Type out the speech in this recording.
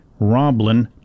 Roblin